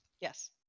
yes